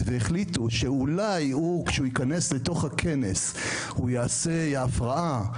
והחליטו שאולי כשהוא ייכנס לתוך הכנס הוא יעשה הפרעה,